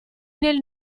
nel